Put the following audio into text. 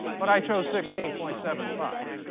but i chose sixteen point seven five.